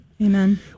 Amen